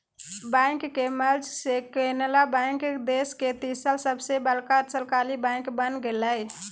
bank के merge से Canara bank देश के तीसर सबसे बड़का सरकारी बैंक बन गेलय